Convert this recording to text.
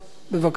בבקשה.